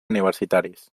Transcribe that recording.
universitaris